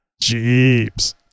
Jeeps